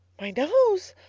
my nose?